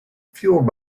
fueled